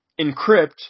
encrypt